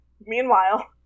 Meanwhile